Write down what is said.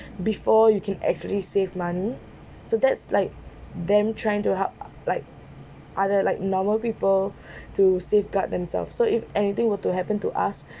before you can actually save money so that's like them trying to help like other like normal people to safeguard themselves so if anything were to happen to us